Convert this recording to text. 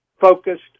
focused